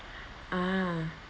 ah